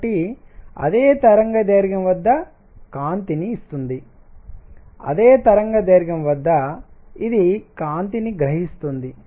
కాబట్టి అదే తరంగదైర్ఘ్యం వద్ద కాంతిని ఇస్తుంది అదే తరంగదైర్ఘ్యం వద్ద ఇది కాంతిని గ్రహిస్తుంది